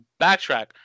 Backtrack